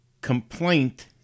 complaint